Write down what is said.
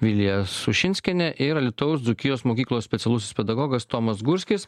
vilija sušinskienė ir alytaus dzūkijos mokyklos specialusis pedagogas tomas gurskis